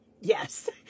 Yes